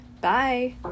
bye